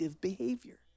behavior